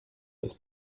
des